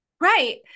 Right